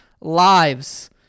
lives